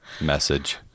message